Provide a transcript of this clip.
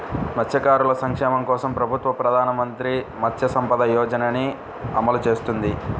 మత్స్యకారుల సంక్షేమం కోసం ప్రభుత్వం ప్రధాన మంత్రి మత్స్య సంపద యోజనని అమలు చేస్తోంది